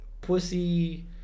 Pussy